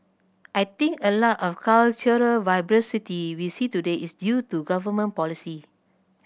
I think a lot of cultural vibrancy we see today is due to government policy